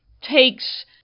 takes